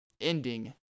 ending